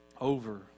over